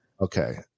Okay